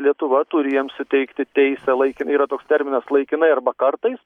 lietuva turi jiems suteikti teisę laikin yra toks terminas laikinai arba kartais